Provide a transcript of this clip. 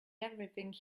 everything